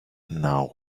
now